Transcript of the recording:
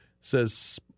says